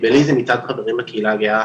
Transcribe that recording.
-- מצד חברים בקהילה הגאה,